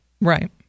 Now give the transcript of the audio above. Right